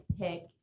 pick